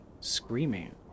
screaming